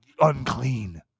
unclean